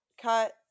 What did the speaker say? cut